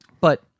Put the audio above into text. But-